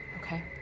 Okay